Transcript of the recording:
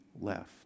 left